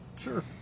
Sure